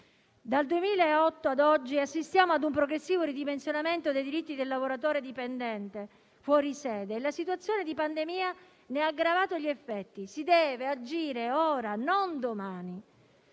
Dal 2008 ad oggi, assistiamo ad un progressivo ridimensionamento dei diritti del lavoratore dipendente fuori sede e la situazione di pandemia ne ha aggravato gli effetti. Si deve agire ora, non domani.